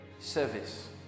service